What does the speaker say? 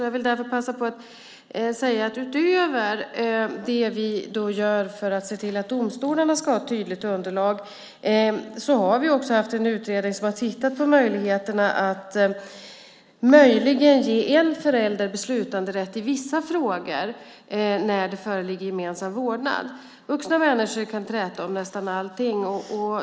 Jag vill därför passa på att säga att utöver det vi gör för att se till att domstolarna har ett tydligt underlag har en utredning tittat på möjligheterna att ge en förälder beslutanderätt i vissa frågor när det föreligger gemensam vårdnad. Vuxna människor kan träta om nästan allting.